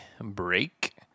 break